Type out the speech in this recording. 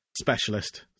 specialist